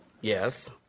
Yes